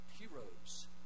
heroes